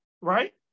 right